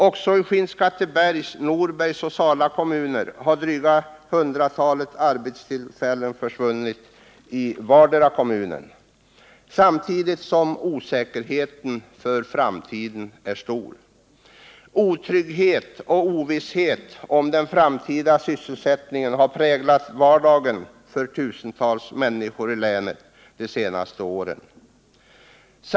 Också i Skinnskattebergs, Norbergs och Sala kommuner har dryga hundratalet arbetstillfällen försvunnit i vardera kommunen, samtidigt som osäkerheten för framtiden är stor. Otrygghet och ovisshet om den framtida sysselsättningen har präglat vardagen för tusentals människor i länet de senaste åren. Rädslan för att behöva bryta upp från en känd och invand miljö likaså.